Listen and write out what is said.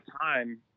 time